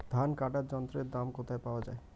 ধান কাটার যন্ত্রের দাম কোথায় পাওয়া যায়?